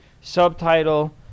Subtitle